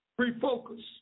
refocus